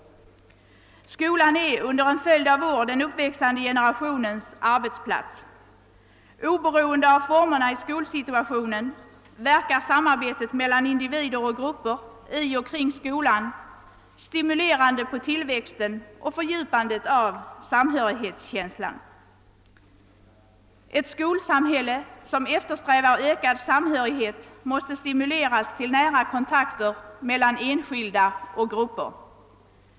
Skolan är under en följd av år den uppväxande generationens arbetsplats. Oberoende av formerna i skolsituationen verkar samarbetet mellan individer och grupper i och kring skolan stimulerande på tillväxten och fördjupande på samhörighetskänslan. Ett skolsamhälle som eftersträvar ökad samhörighet måste stimuleras till nära kontakter mellan enskilda och grupper.